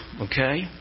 okay